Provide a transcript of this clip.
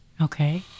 Okay